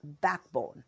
backbone